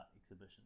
exhibition